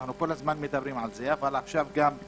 אנחנו כל הזמן מדברים על זה, אבל עכשיו יש